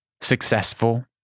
successful